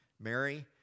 Mary